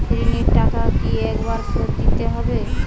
ঋণের টাকা কি একবার শোধ দিতে হবে?